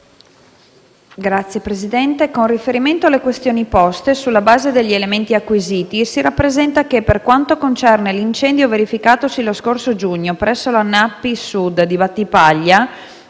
Signor Presidente, con riferimento alle questioni poste, sulla base degli elementi acquisiti, si rappresenta che, per quanto concerne l'incendio verificatosi lo scorso giugno presso la Nappi Sud di Battipaglia,